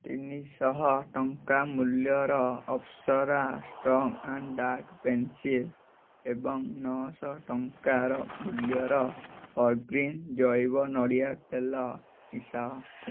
ତିନିସହ ଟଙ୍କା ମୂଲ୍ୟର Apsara strong and dark pencil ଏବଂ ନଅସହ ଟଙ୍କା ମୂଲ୍ୟର ଫର୍ଗ୍ରୀନ୍ ଜୈବ ନଡ଼ିଆ ତେଲ ମିଶାଅ